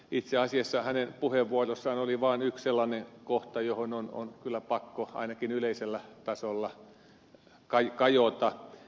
itse asiassa hänen puheenvuorossaan oli vain yksi sellainen kohta johon on kyllä pakko ainakin yleisellä tasolla kajota